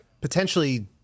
Potentially